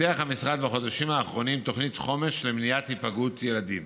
פיתח המשרד בחודשים האחרונים תוכנית חומש למניעת היפגעות ילדים.